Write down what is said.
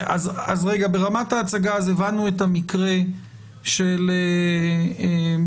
ברמת ההצגה, הבנו את המקרה של 12(א)(3)